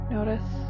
Notice